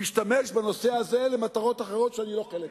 משתמש בנושא הזה למטרות אחרות שאני לא חלק מהן.